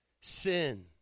Sin